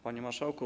Panie Marszałku!